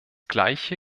gleiche